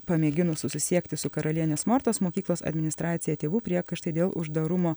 pamėginus susisiekti su karalienės mortos mokyklos administracija tėvų priekaištai dėl uždarumo